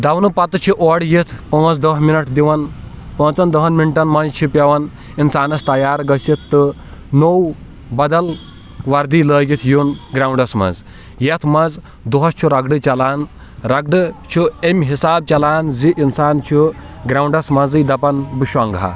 دَونہٕ پَتہٕ چھِ اورٕ یِتھ پانٛژھ دہ مِنَٹ دِوان پانٛژَن دہن مِنٹَن منٛز چھِ پیٚوان اِنسانَس تَیار گٔژِھتھ تہٕ نوٚو بَدل وَردی لٲگِتھ یُن گرٛاونٛڈَس منٛز یَتھ منٛز دۄہَس چُھ رَگڑٕ چَلان رَگڑٕ چُھ امۍ حِساب چَلان زِ اِنسان چُھ گرٛانٛوڈَس منٛزٕے دَپَان بہٕ شۄنٛگہا